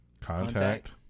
Contact